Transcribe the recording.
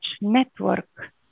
network